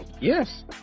Yes